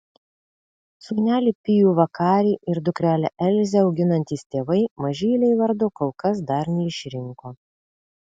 sūnelį pijų vakarį ir dukrelę elzę auginantys tėvai mažylei vardo kol kas dar neišrinko